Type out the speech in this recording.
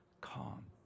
Calm